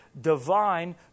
Divine